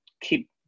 keep